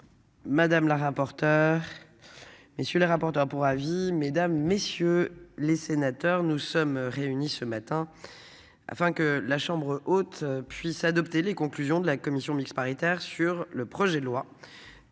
Madame la rapporteure. Messieurs les rapporteurs pour avis, mesdames, messieurs les sénateurs, nous sommes réunis ce matin. Afin que la chambre haute puisse adopter les conclusions de la commission mixte paritaire sur le projet de loi.